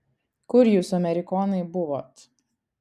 kur jūs amerikonai buvot